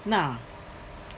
no